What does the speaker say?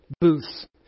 booths